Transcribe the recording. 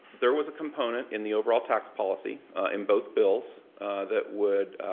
there was a component in the overall tax policy in both bills that would